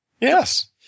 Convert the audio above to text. Yes